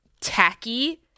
tacky